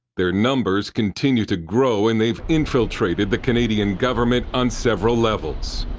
their numbers continue to grow, and they've infiltrated the canadian government on several levels.